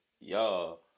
y'all